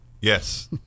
Yes